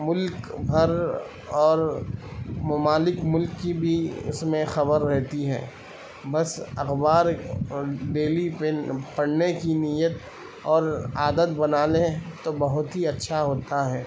ملک بھر اور ممالک ملک کی بھی اس میں خبر رہتی ہے بس اخبار ڈیلی پن پڑھنے کی نیت اور عادت بنالیں تو بہت ہی اچھا ہوتا ہے